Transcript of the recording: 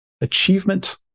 achievement